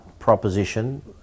Proposition